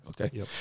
okay